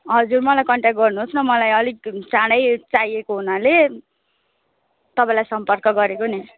हजुर मलाई कन्ट्याक्ट गर्नुहोस् न मलाई अलिक चाँडै चाहिएको हुनाले तपाईँलाई सम्पर्क गरेको नि